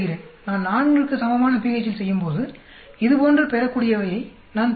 நான் 4 க்கு சமமான pH இல் செய்யும்போது இது போன்ற பெறக்கூடியவையைப் நான் பெறுகிறேன்